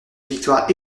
victoire